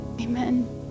amen